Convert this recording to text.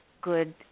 good